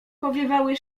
powiewały